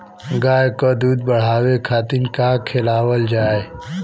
गाय क दूध बढ़ावे खातिन का खेलावल जाय?